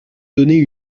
donner